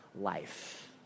life